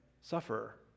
sufferer